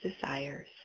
desires